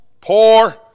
poor